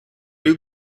you